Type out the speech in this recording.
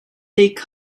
take